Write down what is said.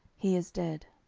he is dead.